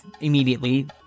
immediately